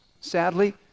sadly